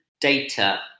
data